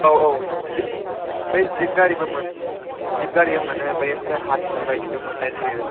औ औ जिब जिब बै जिब गारिबो मोनो बे आमफ्राय हाथि बायदिबो मोननाय जायो